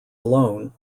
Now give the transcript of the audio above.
alone